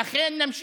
ואכן נמשיך.